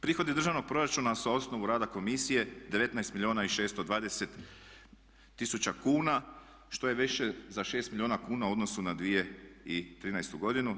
Prihodi državnog proračuna sa osnove rada komisije 19 milijuna i 620 tisuća kuna, što je više za 6 milijuna kuna u odnosu na 2013. godinu.